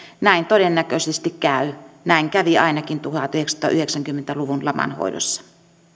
näin todennäköisesti käy näin kävi ainakin tuhatyhdeksänsataayhdeksänkymmentä luvun laman hoidossa